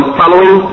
following